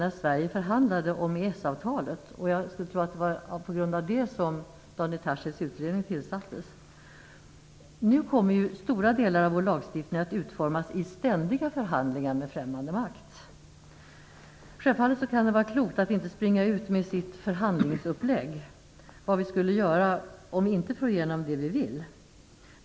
när Sverige förhandlade om EES-avtalet. Jag skulle tro att det var på grund av det som Daniel Tarschys utredning tillsattes. Nu kommer stora delar av vår lagstiftning att utformas i ständiga förhandlingar med främmande makt. Självfallet kan det vara klokt att inte springa ut med sitt förhandlingsupplägg, vad vi skulle göra om vi inte får igenom det vi vill.